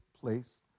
place